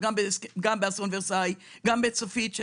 כמו שהיה גם באסון ורסאי וגם באסון צפית.